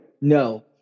no